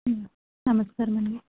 నమస్కారం అండి